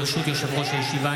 ברשות יושב-ראש הישיבה,